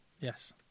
Yes